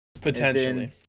Potentially